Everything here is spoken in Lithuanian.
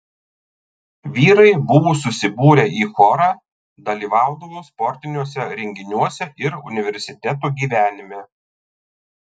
vyrai buvo susibūrę į chorą dalyvaudavo sportiniuose renginiuose ir universiteto gyvenime